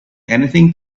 anything